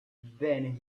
then